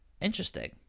Interesting